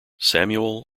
samuel